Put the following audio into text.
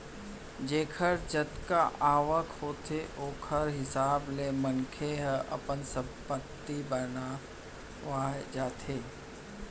जेखर जतका आवक होथे ओखर हिसाब ले मनखे ह अपन संपत्ति बनावत जाथे